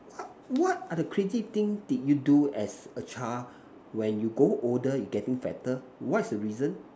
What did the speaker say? what what are the crazy thing did you do as a child when you grow older you getting better what is the reason